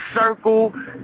Circle